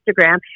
Instagram